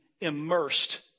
immersed